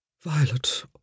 Violet